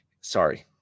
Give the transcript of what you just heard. Sorry